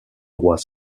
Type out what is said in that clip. droit